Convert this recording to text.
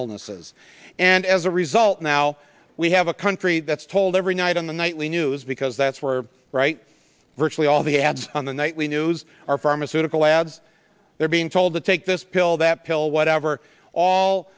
llnesses and as a result now we have a country that's told every night on the nightly news because that's were right virtually all the ads on the nightly news are pharmaceutical ads they're being told to take this pill that pill whatever all